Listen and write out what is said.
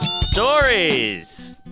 Stories